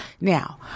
Now